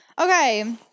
Okay